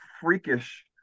freakish